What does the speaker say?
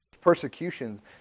persecutions